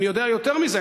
ואני יודע יותר מזה,